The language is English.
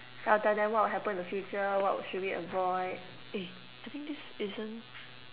then I'll tell them what will happen in the future what should we avoid eh I think this isn't